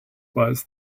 was